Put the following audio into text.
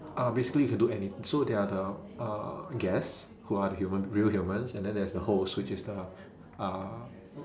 uh basically you can do any so there are the uh guests who are the human real humans and then there's the host which is the uh